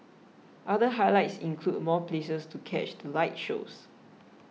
other highlights include more places to catch the light shows